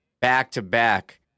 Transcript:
back-to-back